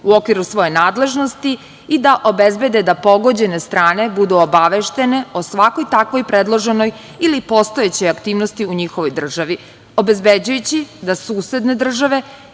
u okviru svoje nadležnosti i da obezbede da pogođene strane bude obaveštene o svakoj takvoj predloženoj ili postojećoj aktivnosti u njihovoj državi, obezbeđujući da susedne države